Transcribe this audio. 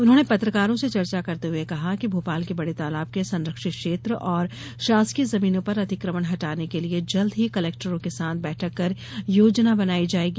उन्होंने पत्रकारों से चर्चा करते हुए कहा कि भोपाल के बड़े तालाब के संरक्षित क्षेत्र और शासकीय जमीनों पर अतिक्रमण हटाने के लिए जल्द ही कलेक्टरों के साथ बैठक कर योजना बनाई जायेगी